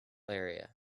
area